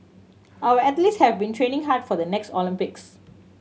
our athletes have been training hard for the next Olympics